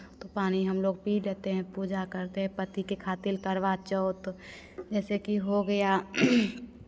तो पानी हम लोग पी लेते हैं पूजा करते हैं पति के खातिर करवा चौथ जैसे कि हो गया